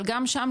אבל גם שם,